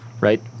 right